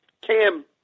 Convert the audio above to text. Cam